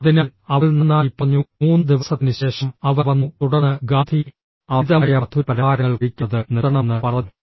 അതിനാൽ അവൾ നന്നായി പറഞ്ഞു മൂന്ന് ദിവസത്തിന് ശേഷം അവർ വന്നു തുടർന്ന് ഗാന്ധി അമിതമായ മധുരപലഹാരങ്ങൾ കഴിക്കുന്നത് നിർത്തണമെന്ന് പറഞ്ഞു